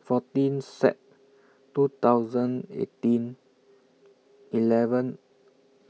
fourteen Sep two thousand eighteen eleven